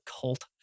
cult